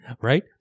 right